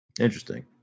Interesting